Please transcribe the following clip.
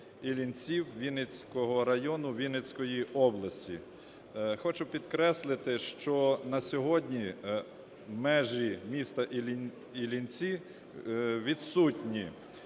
Іллінців Вінницького району Вінницької області. Хочу підкреслити, що на сьогодні межі міста Іллінців відсутні